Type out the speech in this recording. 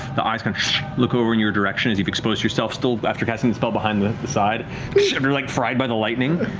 the eyes look over in your direction, as you've exposed yourself, still after casting the spell behind the the side, after you're like fried by the lightning.